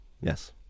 Yes